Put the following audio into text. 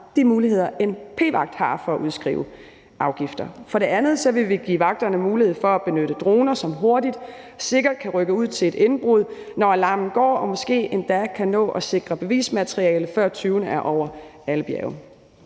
de muligheder, en p-vagt har for at udskrive afgifter. For det andet vil vi give vagterne mulighed for at benytte droner, som hurtigt og sikkert kan rykke ud til et indbrud, når alarmen går, og måske endda kan nå at sikre bevismateriale, før tyvene er over alle bjerge.